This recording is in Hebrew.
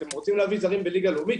אתם רוצים להביא זרים בליגה לאומית?